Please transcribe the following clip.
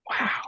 Wow